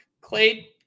Clay